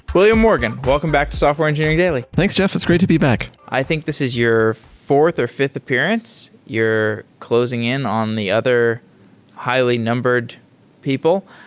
william morgan, welcome back to software engineering daily thanks, jeff. it's great to be back i think this is your fourth or fi fth appearance. you're closing in on the other highly numbered people.